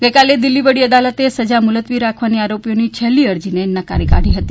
ગઈકાલે દિલ્ફી વડી અદાલતે સજા મુલતવી રાખવાની આરોપીઓની છેલ્લી અરજીને નકારી કાઢી હતી